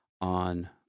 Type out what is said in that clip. on